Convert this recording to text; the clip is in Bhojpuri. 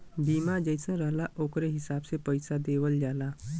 बीमा जइसन रहला ओकरे हिसाब से पइसा देवल जाला